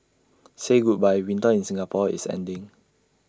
say goodbye winter in Singapore is ending